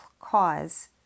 cause